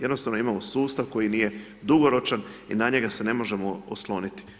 Jednostavno imamo sustav koji nije dugoročan i na njega se ne možemo osloniti.